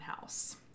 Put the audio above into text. House